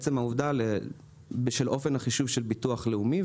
עצם העובדה בשל אופן החישוב של הביטוח הלאומי,